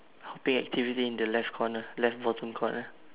hopping activity in the left corner left bottom corner